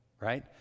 right